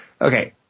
Okay